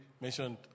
mentioned